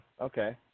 okay